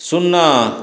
ଶୂନ